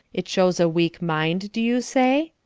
it shows a weak mind, do you say?